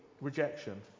rejection